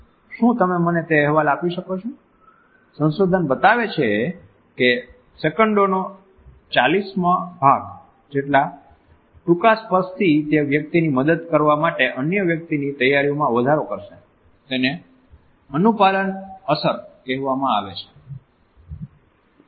શું તમે મને તે અહેવાલ આપી શકો છો સંશોધન બતાવે છે કે સેકંડનો 40માં ભાગ જેટલા ટૂંકા સ્પર્શથી તે વ્યક્તિની મદદ કરવા માટે અન્ય વ્યક્તિની તૈયારીમાં વધારો કરશે તેને અનુપાલન અસર કહેવામાં આવે છે